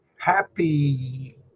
Happy